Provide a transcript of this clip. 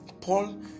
Paul